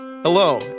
Hello